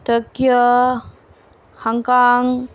Tokyo Hong Kong